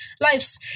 lives